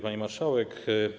Pani Marszałek!